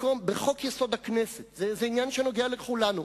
בחוק-יסוד: הכנסת, זה עניין שנוגע לכולנו.